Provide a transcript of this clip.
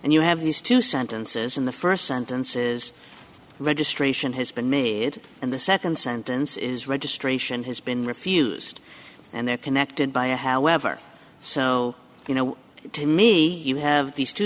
and you have these two sentences in the first sentences registration has been made and the second sentence is registration has been refused and they're connected by a however so you know to me you have these two